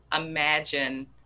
imagine